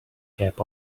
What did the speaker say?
cap